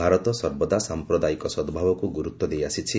ଭାରତ ସର୍ବଦା ସାଂପ୍ରଦାୟିକ ସଦ୍ଭାବକୁ ଗୁରୁତ୍ୱ ଦେଇଆସିଛି